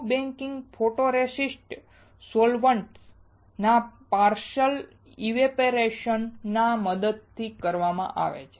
soft baking photoresist solvents ના partial evaporation માટે મદદ કરે છે